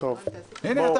הנה,